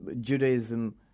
Judaism